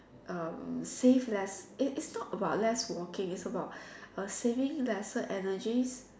um save less eh it's it's not about less walking it's about uh saving lesser energy